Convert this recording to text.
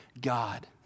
God